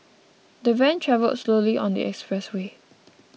the van travelled slowly on the expressway